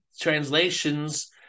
translations